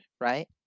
right